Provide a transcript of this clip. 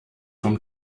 vom